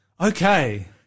Okay